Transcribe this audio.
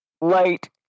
Light